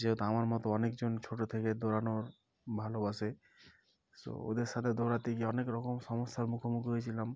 যেহেতু আমার মতো অনেকজন ছোটো থেকে দৌড়ানোর ভালোবাসে সো ওদের সাথে দৌড়াতে গিয়ে অনেক রকম সমস্যার মুখোমুখি হয়েছিলাম